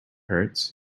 hurts